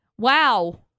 Wow